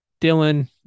Dylan